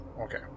Okay